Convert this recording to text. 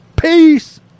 peace